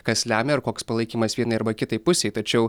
kas lemia ir koks palaikymas vienai arba kitai pusei tačiau